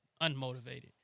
unmotivated